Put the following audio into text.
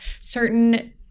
certain